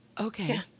Okay